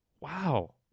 Wow